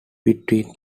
between